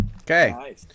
Okay